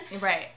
Right